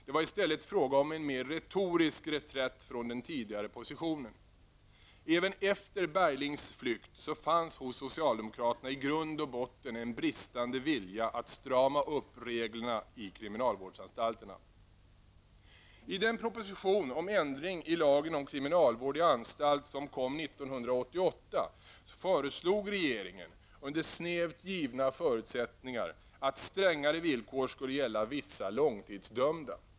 Det var i stället fråga om en mer retorisk reträtt från den tidigare positionen. Även efter Berglings flykt fanns hos socialdemokraterna i grund och botten en bristande vilja att strama upp reglerna på kriminalvårdsanstalterna. I den proposition om ändring i lagen om kriminalvård i anstalt som kom 1988 föreslog regeringen -- under snävt givna förutsättningar -- att strängare villkor skulle gälla vissa långtidsdömda.